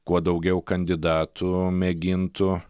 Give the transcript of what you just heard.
kuo daugiau kandidatų mėgintų